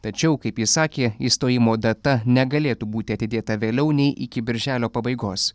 tačiau kaip jis sakė išstojimo data negalėtų būti atidėta vėliau nei iki birželio pabaigos